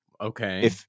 Okay